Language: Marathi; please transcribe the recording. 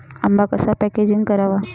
आंबा कसा पॅकेजिंग करावा?